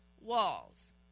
walls